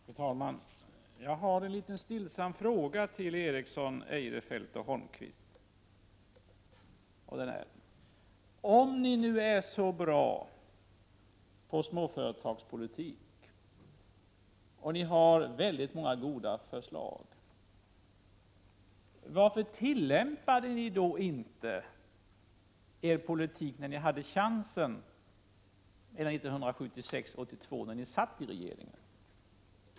Fru talman! Jag har en liten stillsam fråga till Eriksson, Eirefelt och Holmkvist: Om ni nu är så bra på småföretagspolitik och har så många goda förslag, varför tillämpade ni då inte er politik när ni hade chansen 1976-1982, då ni satt i regeringsställning?